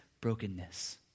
brokenness